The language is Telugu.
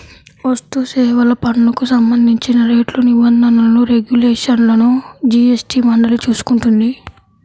వస్తుసేవల పన్నుకు సంబంధించిన రేట్లు, నిబంధనలు, రెగ్యులేషన్లను జీఎస్టీ మండలి చూసుకుంటుంది